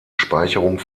speicherung